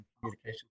communication